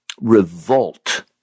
revolt